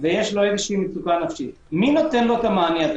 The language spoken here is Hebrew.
ויש לו מצוקה נפשית, מי נותן לו את המענה?